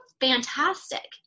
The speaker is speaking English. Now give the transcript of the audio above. fantastic